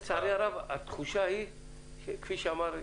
לממשלה, לכם כוועדת כלכלה לבוא ולהגיד: